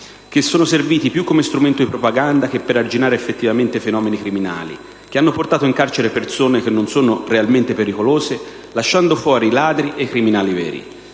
che sono serviti più come strumento di propaganda che per arginare effettivamente i fenomeni criminali, che hanno portato in carcere persone che non sono realmente pericolose, lasciando fuori i ladri e i criminali veri.